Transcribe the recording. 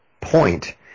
point